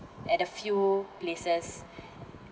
at a few places